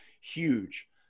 Huge